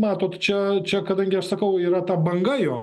matot čia čia kadangi aš sakau yra ta banga jo